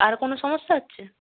আর কোনো সমস্যা হচ্ছে